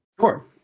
Sure